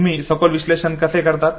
तुम्ही सखोल विश्लेषण कसे करतात